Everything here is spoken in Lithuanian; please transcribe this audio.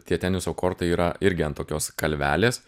tie teniso kortai yra irgi ant tokios kalvelės